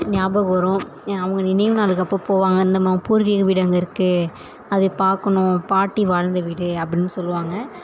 ஞாபகம் வரும் அவங்க நினைவு நாளுக்கு அப்போ போவாங்க நம்ம பூர்வீக வீடு அங்கே இருக்குது அதை பார்க்கணும் பாட்டி வாழ்ந்த வீடு அப்படின்னு சொல்லுவாங்க